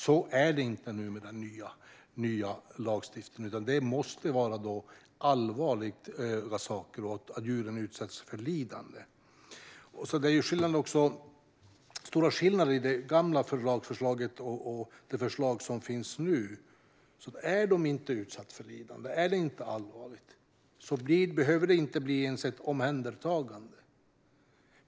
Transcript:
Så är det inte nu med den nya lagstiftningen, utan det måste handla om allvarliga saker och att djuren utsätts för lidande. Det är stora skillnader mellan det gamla lagförslaget och det förslag som finns nu. Är djuren inte utsatta för lidande, är det inte allvarligt, behöver det inte ens bli ett omhändertagande.